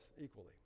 equally